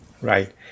Right